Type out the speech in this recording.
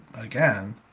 again